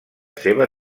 seva